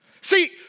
See